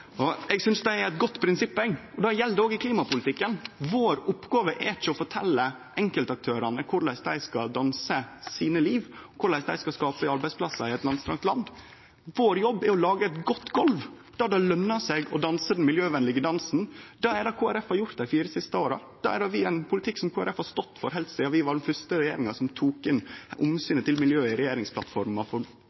dag. Eg synest det er eit godt prinsipp, og det gjeld òg i klimapolitikken. Vår oppgåve er ikkje å fortelje enkeltaktørane korleis dei skal danse sine liv, korleis dei skal skape arbeidsplassar i eit langstrekt land. Vår jobb er å lage eit godt golv der det løner seg å danse den miljøvenlege dansen. Det er det Kristeleg Folkeparti har gjort dei fire siste åra. Det er ein politikk som Kristeleg Folkeparti har stått for heilt sidan vi var den fyrste regjeringa som tok inn omsynet til miljøet i regjeringsplattforma for